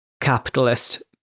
capitalist